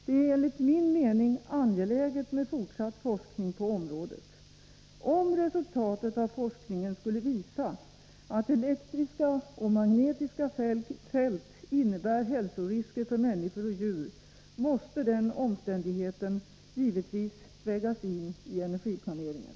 Det är enligt min mening angeläget med fortsatt forskning på området. Om resultaten av forskningen skulle visa att elektriska och magnetiska fält innebär hälsorisker för människor och djur, måste den omständigheten givetvis vägas in i energiplaneringen.